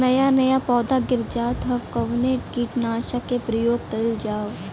नया नया पौधा गिर जात हव कवने कीट नाशक क प्रयोग कइल जाव?